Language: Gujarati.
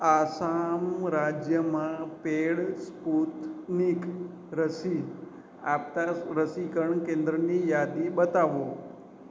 આસામ રાજ્યમાં પેઈડ સ્પુતનિક રસી આપતાં સ રસીકરણ કેન્દ્રની યાદી બતાવો